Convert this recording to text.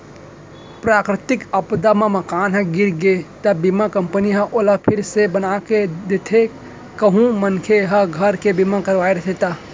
पराकरितिक आपदा म मकान ह गिर गे त बीमा कंपनी ह ओला फिर से बनाके देथे कहूं मनखे ह घर के बीमा करवाय रहिथे ता